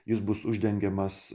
jis bus uždengiamas